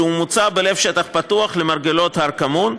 שמוצע בלב השטח הפתוח למרגלות הר כמון.